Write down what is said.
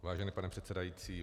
Vážený pane předsedající.